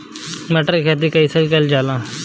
मटर के खेती कइसे कइल जाला?